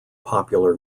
popular